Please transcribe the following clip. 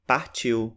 Partiu